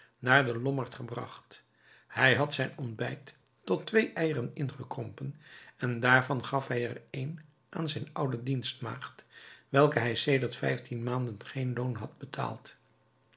naar den lombard gebracht hij had zijn ontbijt tot twee eieren ingekrompen en daarvan gaf hij er een aan zijn oude dienstmaagd welke hij sedert vijftien maanden geen loon had betaald